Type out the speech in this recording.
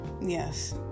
yes